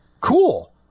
Cool